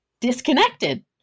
disconnected